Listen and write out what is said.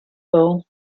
role